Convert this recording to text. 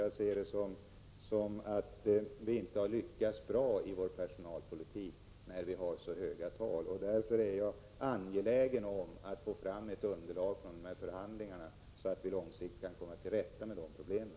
Jag ser det som att vi inte har lyckats bra i vår personalpolitik, när vi har så höga tal. Därför är jag angelägen om att få fram ett underlag från dessa förhandlingar, så att vi långsiktigt kan komma till rätta med problemen.